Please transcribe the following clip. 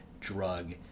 drug